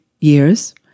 years